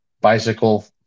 bicycle